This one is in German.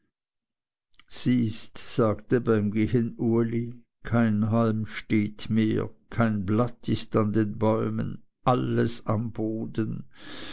siehst sagte beim gehen uli kein halm steht mehr kein blatt ist an den bäumen alles am boden